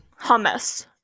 hummus